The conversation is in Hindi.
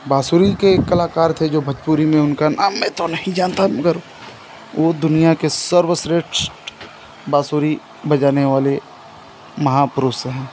बाँसुरी के कलाकार थे जो भोजपुरी में उनका नाम मैं तो नहीं जानता मगर वे दुनिया के सर्वश्रेष्ठ बाँसुरी बजाने वाले महापुरुष हैं